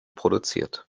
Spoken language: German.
produziert